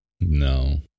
no